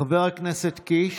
חבר הכנסת קיש,